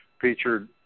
featured